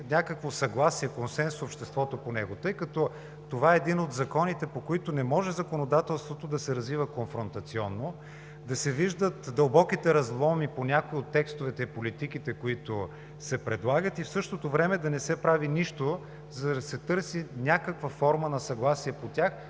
някакво съгласие, консенсус в обществото по него. Това е един от законите, по които не може законодателството да се развива конфронтационно, да се виждат дълбоките разломи по някои от текстовете и политиките, които се предлагат, и в същото време да не се прави нищо, за да се търси някаква форма на съгласие по тях,